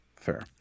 Fair